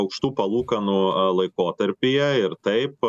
aukštų palūkanų laikotarpyje ir taip